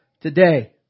today